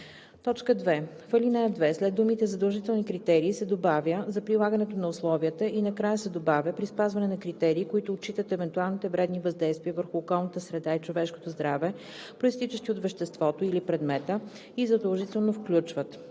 цели;“ 2. В ал. 2 след думите „задължителни критерии“ се добавя „за прилагането на условията“ и накрая се добавя „при спазване на критерии, които отчитат евентуалните вредни въздействия върху околната среда и човешкото здраве, произтичащи от веществото или предмета, и задължително включват: